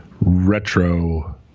retro